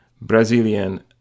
Brazilian